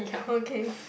okay